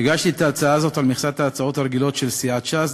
הגשתי את ההצעה הזאת על מכסת ההצעות הרגילות של סיעת ש"ס,